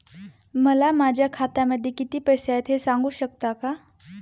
मला माझ्या खात्यामध्ये किती पैसे आहेत ते सांगू शकता का?